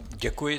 Děkuji.